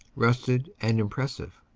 rusted and impressive.